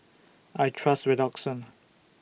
I Trust Redoxon